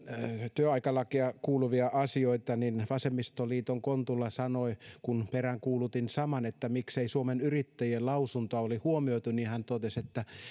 työaikalakiin kuuluvia asioita vasemmistoliiton kontula sanoi kun peräänkuulutin saman että miksei suomen yrittäjien lausuntoa ole huomioitu että